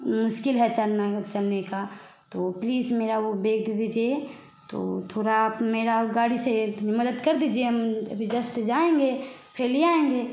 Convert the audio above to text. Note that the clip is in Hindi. मुश्किल है चलना घर चलने का तो प्लीज़ मेरा वो बैग दे दीजिए तो थोड़ा आप मेरी गाड़ी से मदद कर दीजिए हम अभी जस्ट जाएँगे फिर ले आएँगे